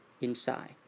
inside